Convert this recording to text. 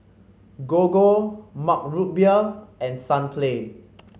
Gogo Mug Root Beer and Sunplay